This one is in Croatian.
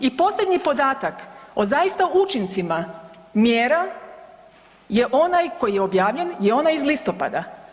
I posljednji podatak o zaista učincima mjera je onaj koji je objavljen je onaj iz listopada.